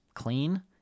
clean